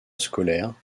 scolaire